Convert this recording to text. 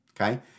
okay